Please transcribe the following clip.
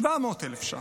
700,000 ש"ח.